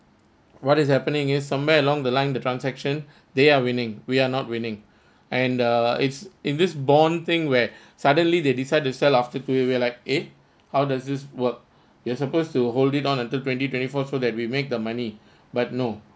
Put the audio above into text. what is happening is somewhere along the line the transaction they are winning we are not winning and uh it's in this bond thing where suddenly they decide to sell off after two years we were like eh how does this work you are supposed to hold it on until twenty twenty four so that we make the money but no